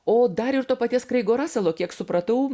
o dar ir to paties kraigo raselo kiek supratau